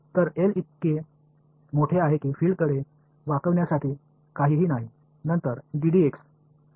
तर एल इतके मोठे आहे की फिल्डकडे वाकण्यासाठी काहीही नाही